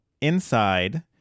inside